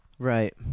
Right